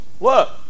look